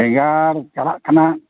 ᱵᱮᱸᱜᱟᱲ ᱪᱟᱞᱟᱜ ᱠᱟᱱᱟ